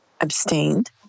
abstained